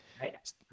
Right